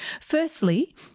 Firstly